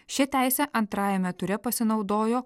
šia teise antrajame ture pasinaudojo